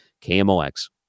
KMOX